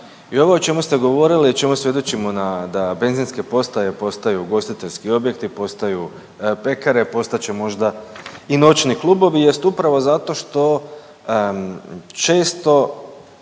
I ovo o čemu st govorili, o čemu svjedočimo da benzinske postaje postaju ugostiteljski objekti, postaju pekare, postat će možda i noćni klubovi jest upravo zato što često,